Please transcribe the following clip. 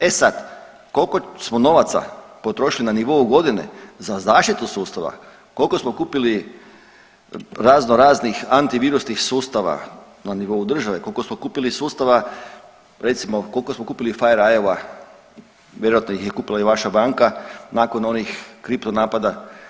E sad, koliko smo novaca potrošili na nivou godine za zaštitu sustava, koliko smo kupili razno raznih anti virusnih sustava na nivou države, koliko smo kupili sustava recimo koliko smo kupili … vjerojatno ih je kupila i vaša banka nakon onih kripto napada.